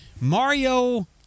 Mario